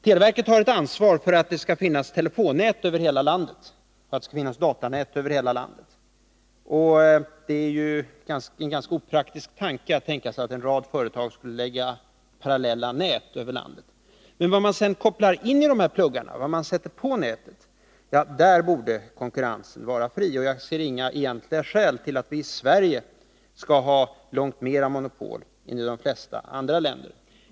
Televerket ansvarar för att det över hela landet finns telefonnät och datanät, och det är en ganska opraktisk tanke att en rad företag skulle lägga upp parallella sådana nät över landet. Men när det gäller det som kopplas in på näten borde konkurrensen vara fri, och jag ser inga egentliga skäl till att vi i Sverige skall ha långt mera monopol än i de flesta andra länder.